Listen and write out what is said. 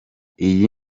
iyi